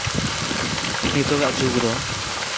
ᱱᱤᱛᱚᱜᱟᱜ ᱡᱩᱜᱽ ᱫᱚ